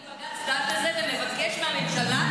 כמה שנים בג"ץ דן בזה ומבקש מהממשלה ומהכנסת,